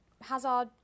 Hazard